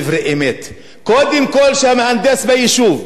קודם כול שהמהנדס ביישוב ימלא את תפקידו,